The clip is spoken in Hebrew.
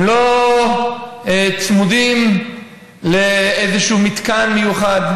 הם לא צמודים לאיזשהו מתקן מיוחד,